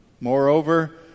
Moreover